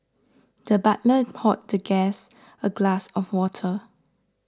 the butler poured the guest a glass of water